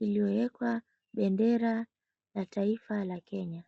iliyowekwa bendera ya taifa la Kenya.